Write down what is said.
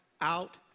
out